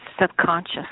subconscious